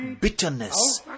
bitterness